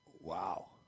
Wow